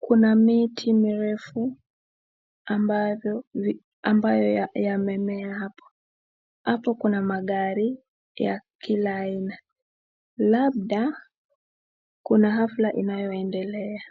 Kuna miti mirefu ambayo yamemea hapo. Hapo kuna magari ya kila aina, labda kuna afula inayoendelea .